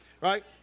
right